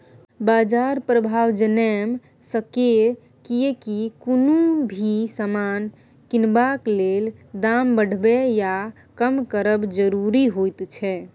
बाजार प्रभाव जनैम सकेए कियेकी कुनु भी समान किनबाक लेल दाम बढ़बे या कम करब जरूरी होइत छै